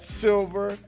silver